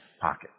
pocket